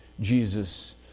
Jesus